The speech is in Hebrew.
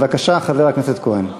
חבר הכנסת כהן,